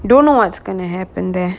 don't know what's gonna happen there